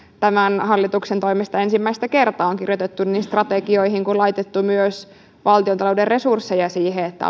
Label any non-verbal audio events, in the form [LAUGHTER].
tämän hallituksen toimesta ensimmäistä kertaa on niin kirjoitettu strategioihin kuin laitettu myös valtiontalouden resursseja siihen että [UNINTELLIGIBLE]